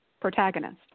Protagonist